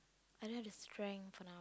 I don't have the strength for now